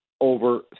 over